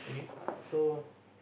uh so